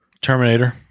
Terminator